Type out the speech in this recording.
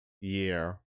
year